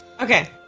Okay